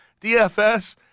DFS